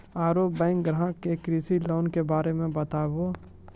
और बैंक ग्राहक के कृषि लोन के बारे मे बातेबे?